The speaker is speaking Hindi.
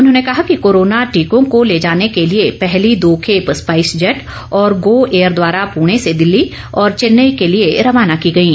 उन्होंने कहा कि कोरोना टीकों को ले जाने के लिए पहली दो खेप स्पाइस जेट और गो एयर द्वारा पूर्ण से दिल्ली और चेन्नई के लिए रवाना की गईं